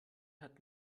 hat